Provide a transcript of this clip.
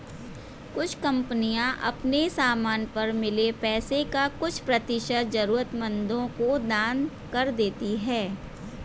कुछ कंपनियां अपने समान पर मिले पैसे का कुछ प्रतिशत जरूरतमंदों को दान कर देती हैं